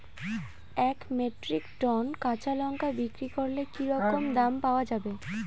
এক metric ton কাঁচা লঙ্কা বিক্রি করলে কি রকম দাম পাওয়া যাবে?